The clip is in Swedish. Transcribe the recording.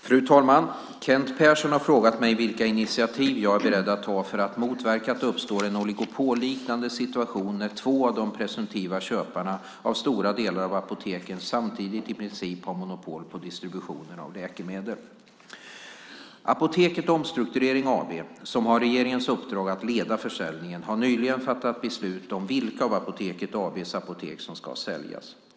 Fru talman! Kent Persson har frågat mig vilka initiativ jag är beredd att ta för att motverka att det uppstår en oligopolliknande situation när två av de presumtiva köparna av stora delar av apoteken samtidigt i princip har monopol på distributionen av läkemedel. Apoteket Omstrukturering AB, som har regeringens uppdrag att leda försäljningen, har nyligen fattat beslut om vilka av Apoteket AB:s apotek som ska säljas.